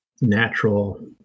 natural